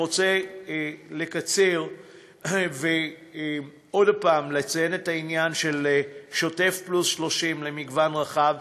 אני רוצה לקצר ועוד פעם לציין את העניין של "שוטף פלוס 30" למגוון רחב,